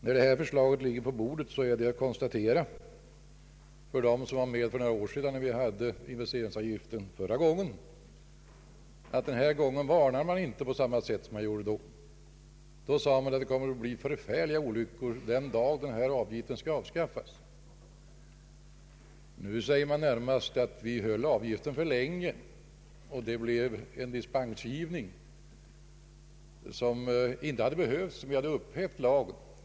När detta förslag ligger på bordet är det att konstatera för dem som var med för några år sedan då vi förra gången införde investeringsavgift att man denna gång inte varnar på samma sätt som man gjorde då. Man sade då att det skulle bli förfärliga olyckor den dag investeringsavgiften skulle avskaffas. Nu påstår man närmast att vi behöll investeringsavgiften för länge, vilket medförde en dispensgivning som inte hade behövts om vi hade upphävt lagen.